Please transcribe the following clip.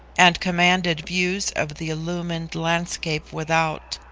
and commanded views of the illumined landscape without.